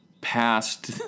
past